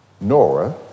Nora